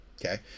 Okay